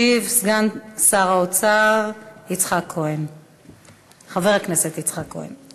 משיב סגן שר האוצר חבר הכנסת יצחק כהן.